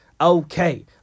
okay